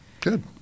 Good